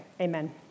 amen